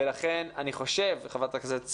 ולכן, אני חושב, חברת הכנסת סאלח,